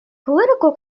political